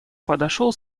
подошел